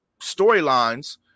storylines